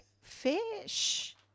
fish